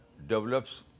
develops